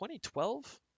2012